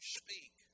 speak